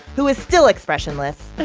who is still expressionless. but